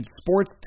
sports